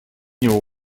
него